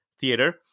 theater